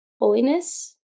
holiness